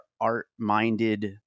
art-minded